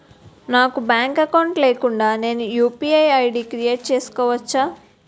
నాకు bank account లేకుండా నేను యు.పి.ఐ ఐ.డి క్రియేట్ చేసుకోవచ్చా?